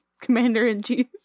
commander-in-chief